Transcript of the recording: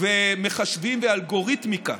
למחשבים ואלגוריתמיקה,